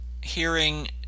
hearing